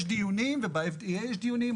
יש דיונים וב-FDA יש דיונים,